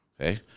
Okay